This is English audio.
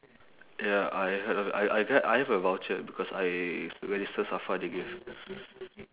ya I had a I I I had I have a voucher because I register SAFRA they give